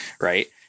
right